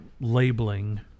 labeling